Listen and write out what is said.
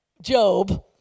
job